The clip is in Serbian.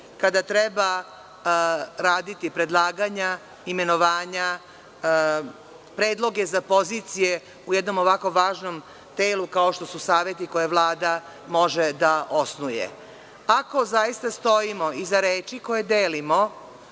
kada treba raditi predlaganja imenovanja, predloge za pozicije u jednom ovako važnom telu kao što su saveti koje Vlada može da osnuje. Ako zaista stojimo iza reči koje delimo,